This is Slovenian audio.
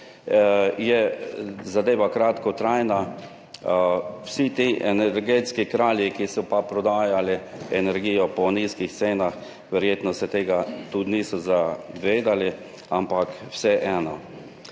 so kratkotrajne. Vsi ti energetski kralji, ki so prodajali energijo po nizkih cenah, verjetno se tega tudi niso zavedali, ampak vseeno.